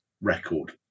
record